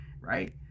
Right